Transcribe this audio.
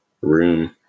room